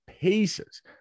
pieces